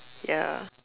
ya